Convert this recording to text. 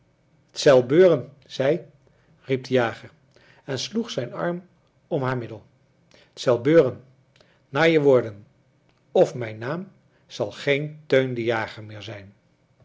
zel beuren sij riep de jager en sloeg zijn arm om haar middel t zel beuren na je woorden of mijn naam zal geen teun de jager meer zijn